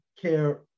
care